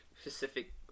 specific